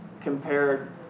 compared